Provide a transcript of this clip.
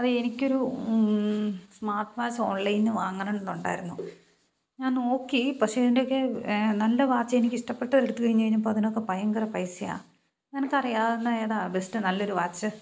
അതെ എനിക്കൊരു smart watch ഓൺലൈനിൽ നിന്ന് വാങ്ങണം എന്നുണ്ടായിരുന്നു ഞാൻ നോക്കി പക്ഷേ ഇതിൻ്റെയൊക്കെ നല്ല വാച്ച് എനിക്ക് ഇഷ്ടപ്പെട്ടത് എടുത്തു കഴിഞ്ഞു കഴിഞ്ഞപ്പോൾ അതിനൊക്കെ ഭയങ്കര പൈസയാണ് എനിക്കറിയാവുന്ന ഏതാണ് ബെസ്റ്റ് നല്ലൊരു വാച്ച്